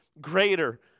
greater